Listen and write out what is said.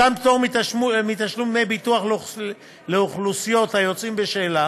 מתן פטור מתשלום דמי ביטוח לאוכלוסיות היוצאים בשאלה